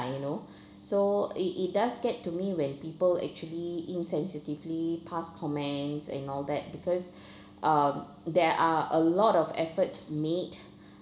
you know so it it does get to me when people actually insensitively pass comments and all that because uh there are a lot of efforts made